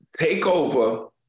Takeover